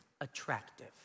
attractive